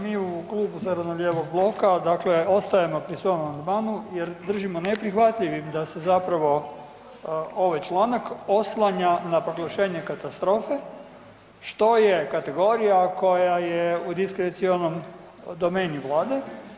Mi u Klubu zeleno-lijevog bloka dakle ostajemo pri svom amandmanu jer držimo neprihvatljivim da se zapravo ovaj članak oslanja na proglašenje katastrofe, što je kategorija koja je u diskrecionom domeni Vlade.